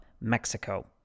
Mexico